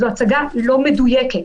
זו הצגה לא מדויקת.